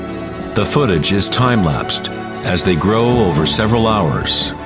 the footage is time-lapsed as they grow over several hours.